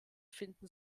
finden